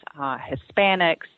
Hispanics